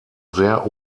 sehr